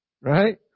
Right